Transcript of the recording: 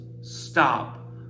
stop